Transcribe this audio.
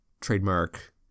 Trademark